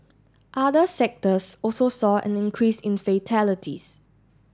other sectors also saw an increase in fatalities